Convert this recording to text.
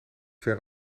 ver